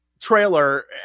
trailer